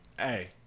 Hey